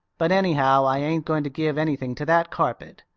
but anyhow i ain't going to give anything to that carpet.